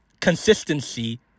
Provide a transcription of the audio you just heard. consistency